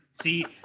see